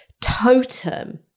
totem